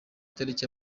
itariki